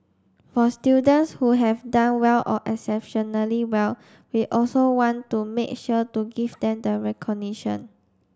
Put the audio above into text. for students who have done well or exceptionally well we also want to make sure to give them the recognition